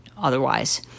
otherwise